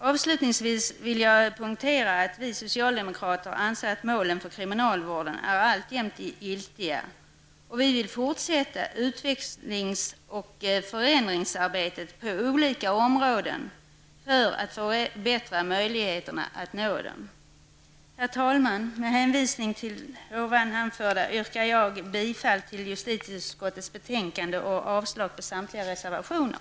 Avslutningsvis vill jag poängtera att vi socialdemokrater anser att målen för kriminalvården alltjämt är giltiga, och vi vill fortsätta utvecklings och förändringsarbetet på olika områden för att förbättra möjligheterna att nå dem. Herr talman! Med hänvisning till det anförda yrkar jag bifall till hemställan i justitieutskottets betänkande och avslag på samtliga reservationer.